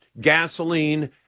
gasoline